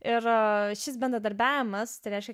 ir šis bendradarbiavimas tai reiškia